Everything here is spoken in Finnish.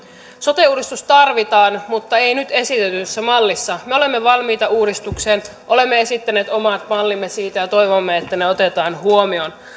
sote uudistus tarvitaan mutta ei nyt esitetyssä mallissa me olemme valmiita uudistukseen olemme esittäneet omat mallimme siitä ja toivomme että ne otetaan huomioon